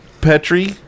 Petri